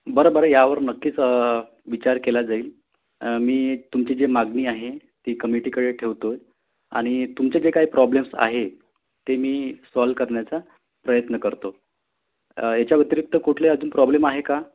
बरं बरं यावर नक्कीच विचार केला जाईल मी तुमची जे मागणी आहे ती कमिटीकडे ठेवत आहे आणि तुमचे जे काही प्रॉब्लेम्स आहे ते मी सॉल्व करण्याचा प्रयत्न करतो याच्या व्यतिरिक्त कुठले अजून प्रॉब्लेम आहे का